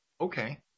Okay